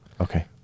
Okay